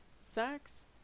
sex